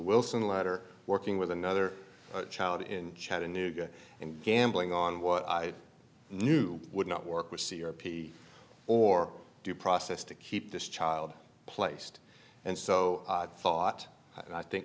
wilson letter working with another child in chattanooga and gambling on what i knew would not work with c r p or due process to keep this child placed and so i thought i think